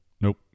Nope